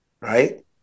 right